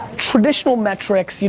traditional metrics, you